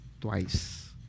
twice